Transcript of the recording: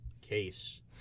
case